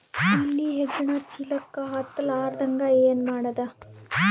ಇಲಿ ಹೆಗ್ಗಣ ಚೀಲಕ್ಕ ಹತ್ತ ಲಾರದಂಗ ಏನ ಮಾಡದ?